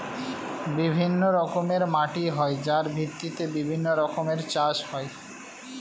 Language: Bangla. বিভিন্ন রকমের মাটি হয় যার ভিত্তিতে বিভিন্ন রকমের চাষ হয়